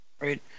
right